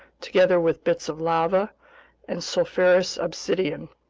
together with bits of lava and sulfurous obsidian.